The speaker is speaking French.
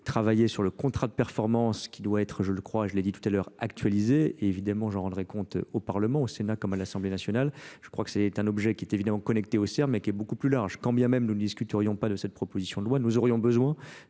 travailler sur le contrat de performance qui doit être je je le crois je l'ai dit tout à l'heure actualisé évidemment j'en rendrai compte au Parlement, au Sénat comme à l'assemblée nationale je crois que c'est un objet quii est évidemment connecté au Er mais qui est beaucoup plus large quand bien même nous ne discuterions pas de cette proposition de loi nous aurions besoin